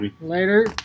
Later